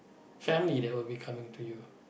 family that will be coming to you